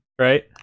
Right